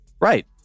Right